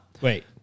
wait